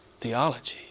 theology